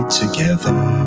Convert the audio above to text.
together